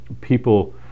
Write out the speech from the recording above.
people